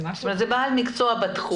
זה בעל מקצוע בתחום.